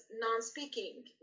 non-speaking